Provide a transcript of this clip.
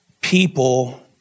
people